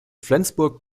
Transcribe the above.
flensburg